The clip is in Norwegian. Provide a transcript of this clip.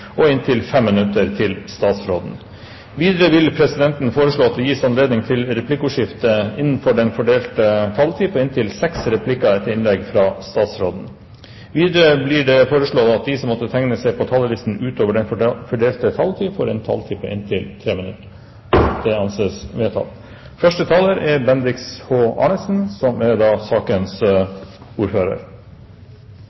og inntil 5 minutter til statsråden. Videre vil presidenten foreslå at det gis anledning til replikkordskifte på inntil fem replikker med svar etter innlegget fra statsråden innenfor den fordelte taletid. Videre blir det foreslått at de som måtte tegne seg på talerlisten utover den fordelte taletid, får en taletid på inntil 3 minutter. – Det anses vedtatt. Dette er en sak som har skapt veldig mye engasjement blant mange, og det er